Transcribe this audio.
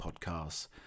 podcasts